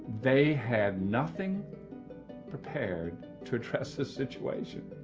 they had nothing prepared to address this situation.